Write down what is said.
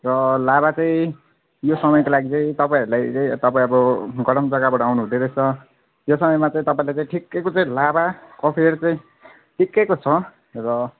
र लाभा चाहिँ यो समयको लागि चाहिँ तपाईँहरूलाई चाहिँ तपाईँ अब गरम जग्गाबाट आउनुहुँदै रहेछ यो समयमा चाहिँ तपाईँलाई चाहिँ ठिक्कैको चाहिँ लाभा कफेर चाहिँ ठिक्कैको छ र